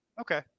Okay